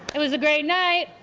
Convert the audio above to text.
it was a great night.